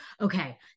okay